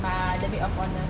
ah the maid of honour